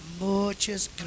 muchas